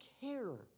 care